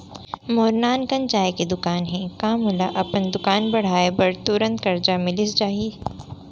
मोर नानकुन चाय के दुकान हे का मोला अपन दुकान बढ़ाये बर तुरंत करजा मिलिस जाही?